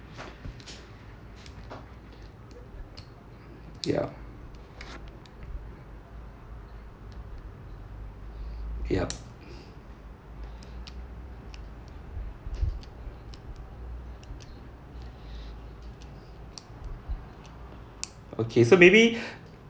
ya yup okay so maybe